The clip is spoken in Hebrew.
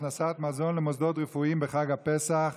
הכנסת מזון למוסדות רפואיים בחג הפסח),